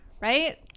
Right